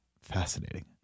fascinating